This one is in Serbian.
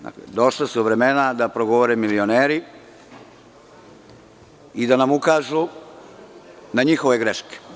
Došla su vremena da progovore milioneri i da nam ukažu na njihove greške.